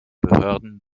behörden